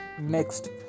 Next